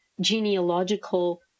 genealogical